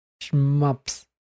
Shmups